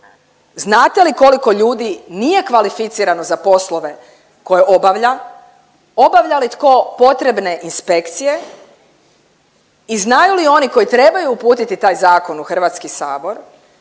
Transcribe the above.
Znate li koliko ljudi nije kvalificirano za poslove koje obavlja? Obavlja li tko potrebne inspekcije i znaju li oni koji trebaju uputiti taj zakon u HS da smo